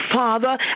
Father